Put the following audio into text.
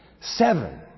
seven